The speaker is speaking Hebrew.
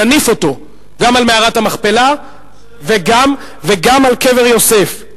נניף אותו גם על מערת המכפלה וגם על קבר יוסף.